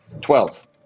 Twelve